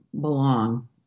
belong